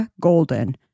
Golden